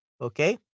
okay